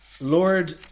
Lord